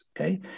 okay